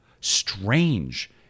strange